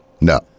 No